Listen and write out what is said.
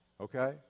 Okay